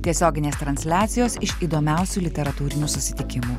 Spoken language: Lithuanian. tiesioginės transliacijos iš įdomiausių literatūrinių susitikimų